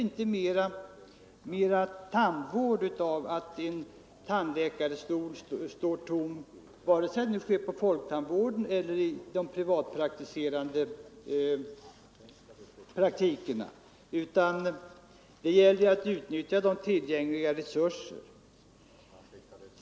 Och det blir inte mer tandvård av att en tandläkarstol står tom, vare sig det är på en folktandvårdsklinik eller en privatpraktik. Det gäller ju att utnyttja de tillgängliga resurserna.